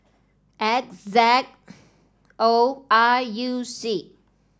X Z O I U C